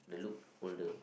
the look older